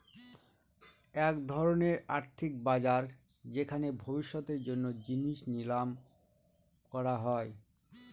এক ধরনের আর্থিক বাজার যেখানে ভবিষ্যতের জন্য জিনিস নিলাম করা হয়